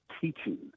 teaching